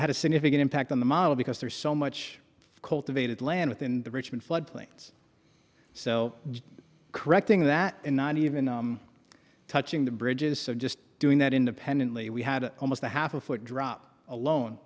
had a significant impact on the model because there's so much cultivated land within the richmond flood plains so correcting that in ninety even touching the bridges just doing that independently we had almost a half a foot drop alo